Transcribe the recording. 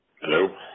Hello